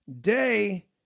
Day